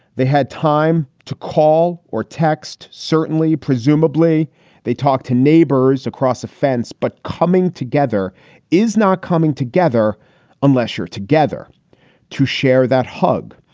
they had time to call or text. certainly, presumably they talked to neighbors across a fence. but coming together is not coming together unless you're together to share that hug,